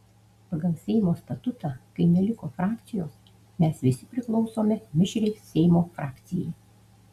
pagal seimo statutą kai neliko frakcijos mes visi priklausome mišriai seimo frakcijai